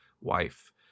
wife